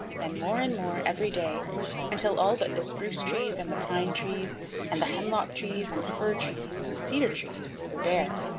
then more and more every day until all but the spruce-trees and the pine-trees and the hemlock-trees and the fir-trees and the cedar-trees were bare.